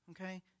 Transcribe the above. Okay